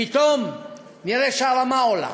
פתאום נראה שהרמה עולה,